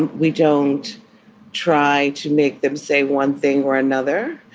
and we don't try to make them say one thing or another.